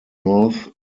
north